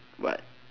what